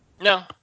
No